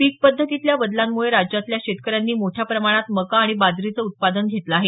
पीक पद्धतीतल्या बदलांमुळे राज्यातल्या शेतकऱ्यांनी मोठ्या प्रमाणात मका आणि बाजरीचं उत्पादन घेतलं आहे